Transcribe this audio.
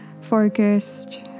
focused